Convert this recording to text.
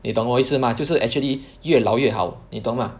你懂我的意思吗就是 actually 越老越好你懂吗